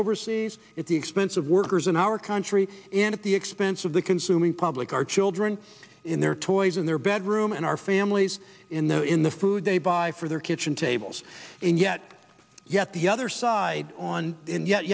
overseas at the expense of workers in our country and at the expense of the consuming public our children in their toys in their bedroom and our families in the in the food they buy for their kitchen tables and yet yet the other side on in yet